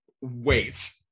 wait